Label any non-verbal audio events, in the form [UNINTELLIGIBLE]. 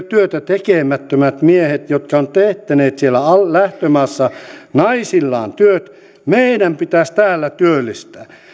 [UNINTELLIGIBLE] työtä tekemättömät miehet jotka ovat teettäneet siellä lähtömaassa naisillaan työt meidän pitäisi täällä työllistää